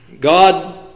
God